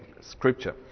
scripture